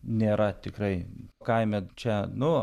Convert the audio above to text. nėra tikrai kaime čia nu